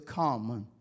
common